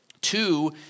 Two